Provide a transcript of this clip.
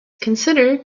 consider